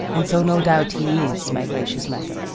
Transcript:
and so no doubt he is, my gracious madam.